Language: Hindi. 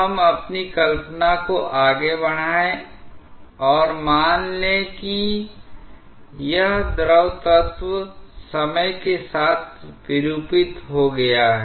अब हम अपनी कल्पना को आगे बढ़ाएँ और मान लें कि यह द्रव तत्व समय के साथ विरूपित हो गया है